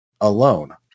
alone